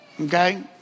Okay